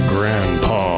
Grandpa